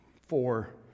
four